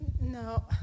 No